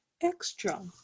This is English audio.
extra